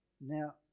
Now